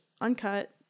Uncut